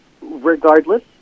regardless